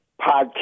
podcast